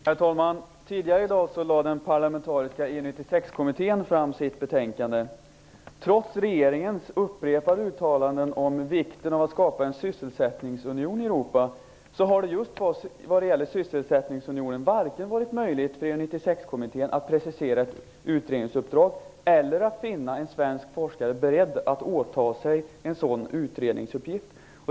Herr talman! Tidigare i dag lade den parlamentariska EU-96-kommittén fram sitt betänkande. Trots regeringens upprepade uttalanden om vikten av att skapa en sysselsättningsunion i Europa har det just vad gäller sysselsättningsunionen varit omöjligt för EU-96-kommittén både att precisera ett utredningsuppdrag och att finna en svensk forskare som är beredd att åta sig en sådan utredningsuppgift.